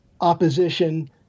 opposition